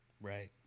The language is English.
Right